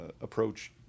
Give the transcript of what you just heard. approach